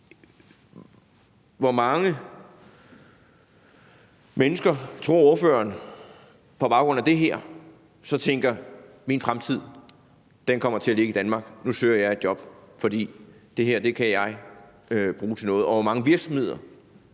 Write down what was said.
Hvor mange mennesker tror ordføreren på baggrund af det her så tænker: Min fremtid kommer til at ligge i Danmark, nu søger jeg et job, for det her kan jeg bruge til noget? Og hvor mange virksomheder